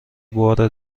بار